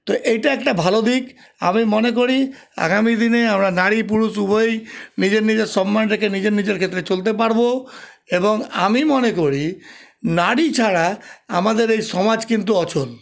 তো এইটা একটা ভালো দিক আমি মনে করি আগামী দিনে আমরা নারী পুরুষ উভয়ই নিজের নিজের সম্মান রেখে নিজের নিজের ক্ষেত্রে চলতে পারবো এবং আমি মনে করি নারী ছাড়া আমাদের এই সমাজ কিন্তু অচল